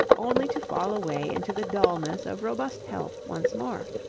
only to fall away into the dullness of robust health once more.